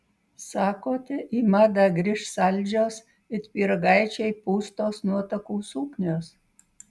sakote į madą grįš saldžios it pyragaičiai pūstos nuotakų suknios